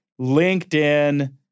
LinkedIn